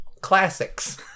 classics